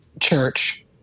church